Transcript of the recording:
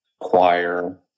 choir